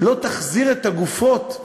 לא תחזיר את הגופות,